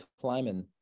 climbing